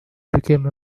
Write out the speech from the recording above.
became